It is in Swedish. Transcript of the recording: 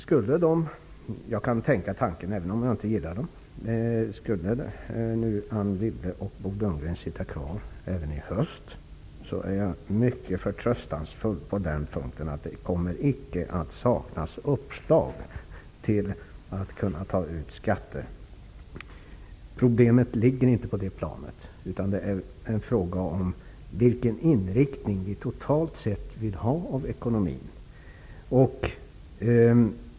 Skulle Anne Wibble och Bo Lundgren sitta kvar i regeringen även i höst -- jag kan tänka tanken även om jag inte gillar den -- är jag mycket förtröstansfull så till vida att det icke kommer att saknas uppslag när det gäller att ta ut skatter. Problemet ligger inte på det planet. Det är en fråga om vilken inriktning vi totalt sett vill ha av ekonomin.